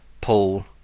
Paul